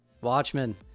Watchmen